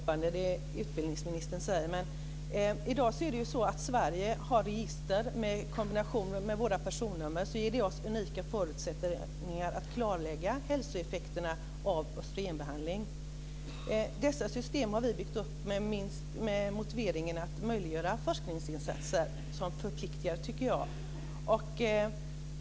Fru talman! Det utbildningsministern säger låter lovande. I dag har ju Sverige register. I kombination med våra personnummer ger det oss unika förutsättningar att klarlägga hälsoeffekterna av östrogenbehandling. Vi har byggt upp dessa system med motiveringen att möjliggöra forskningsinsatser. Jag tycker att det förpliktar.